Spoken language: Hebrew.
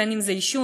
בין אם זה עישון,